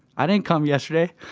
i didn't come yesterday.